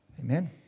Amen